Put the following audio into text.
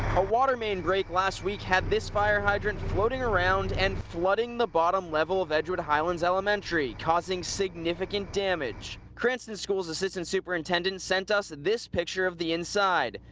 a water main break last week had this fire hydrant floating around and flooding the bottom level of edgewood highlands elementary causing significant damage. cranston schools assistant superintendent sent us this picture of the inside.